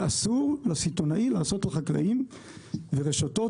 שאסור לסיטונאי לעשות לחקלאים ורשתות